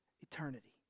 eternity